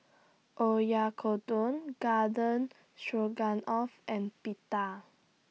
Oyakodon Garden Stroganoff and Pita